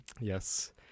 Yes